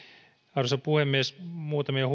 arvoisa puhemies muutamia